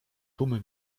tłumy